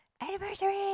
anniversary